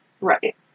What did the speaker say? Right